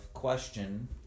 question